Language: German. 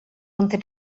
unter